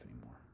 anymore